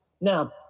Now